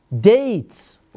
dates